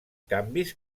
canvis